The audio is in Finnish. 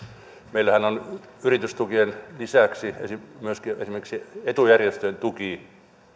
meillähän on yritystukien lisäksi esimerkiksi etujärjestöjen tuki